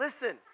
Listen